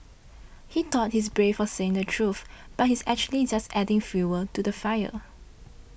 he thought he's brave for saying the truth but he's actually just adding fuel to the fire